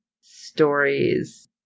stories